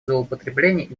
злоупотреблений